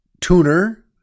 tuner